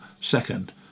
second